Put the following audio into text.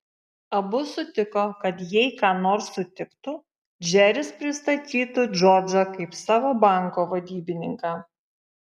abu sutiko kad jei ką nors sutiktų džeris pristatytų džordžą kaip savo banko vadybininką